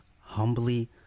humbly